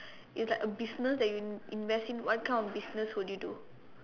is like a business that you invest in what kind of business would you do